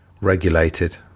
regulated